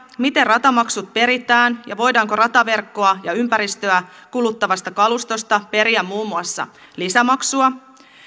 miten ratamaksut peritään ja voidaanko rataverkkoa ja ympäristöä kuluttavasta kalustosta periä muun muassa lisämaksua